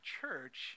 church